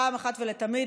אחת ולתמיד,